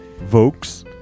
Vokes